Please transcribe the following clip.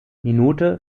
minute